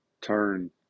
Turn